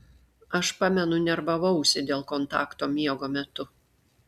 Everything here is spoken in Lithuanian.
aš pamenu nervavausi dėl kontakto miego metu